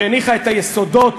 שהניחה את היסודות